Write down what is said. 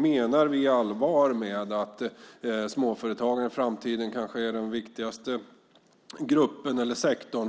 Menar vi allvar med att småföretagarna i framtiden kanske kommer att vara den viktigaste gruppen